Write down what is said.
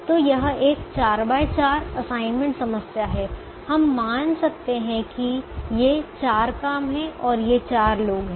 तो यह एक 4 x 4 असाइनमेंट समस्या है हम मान सकते हैं कि ये 4 काम हैं और ये 4 लोग हैं